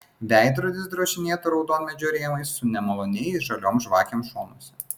veidrodis drožinėto raudonmedžio rėmais su nemaloniai žaliom žvakėm šonuose